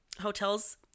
hotels